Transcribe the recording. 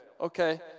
okay